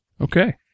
Okay